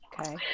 Okay